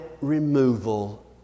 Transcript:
removal